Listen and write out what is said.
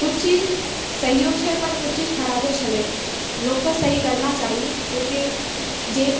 किछु चीज सहियो छलै पर किछु चीज़ खराबो छलै लोक के सही करना चाही ओहिके जे